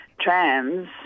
trams